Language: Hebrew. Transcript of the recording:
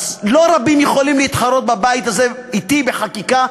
אז לא רבים יכולים להתחרות בבית הזה אתי בחקיקה,